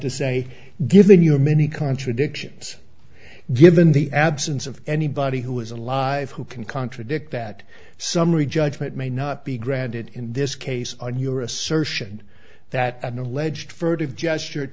to say given your many contradictions given the absence of anybody who was alive who can contradict that summary judgment may not be granted in this case on your assertion that an alleged furtive gesture